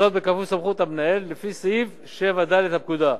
וזאת בכפוף לסמכות המנהל לפי סעיף 7(ד) לפקודה,